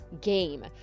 game